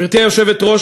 גברתי היושבת-ראש,